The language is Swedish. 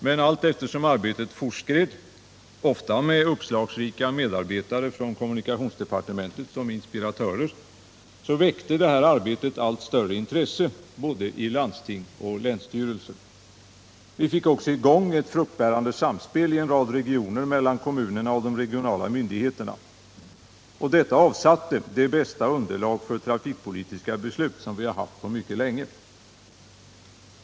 Men allteftersom arbetet fortskred, ofta med uppslagsrika medarbetare från kommunikationsdepartementet som inspiratörer, väckte detta arbete allt större intresse både i landsting och länsstyrelser. Vi fick också i gång ett fruktbärande samspel i en rad regioner mellan kommunerna och de regionala myndigheterna. Detta avsatte det bästa underlag för trafikpolitiska beslut som vi har haft på mycket länge.